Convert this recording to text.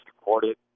recorded